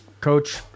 Coach